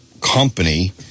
company